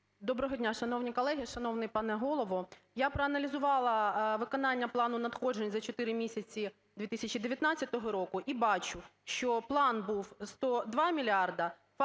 Доброго дня, шановні колеги, шановний пане Голово. Я проаналізувала виконання плану надходжень за чотири місяці 2019 року, і бачу, що план був 102 мільярда,